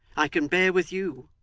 i can bear with you,